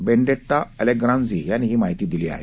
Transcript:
Benedetta Allegranzi यांनी ही माहिती दिली आहे